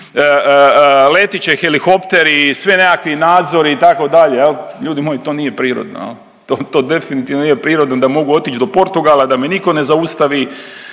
leteći helikopteri, sve nekakvi nadzori itd. Ljudi moji to nije prirodno, to definitivno nije prirodno da mogu otići do Portugala da me nitko ne zaustavi,